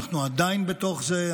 אנחנו עדיין בתוך זה.